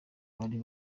bari